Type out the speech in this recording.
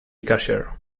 cashier